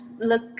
look